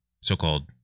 so-called